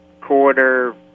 quarter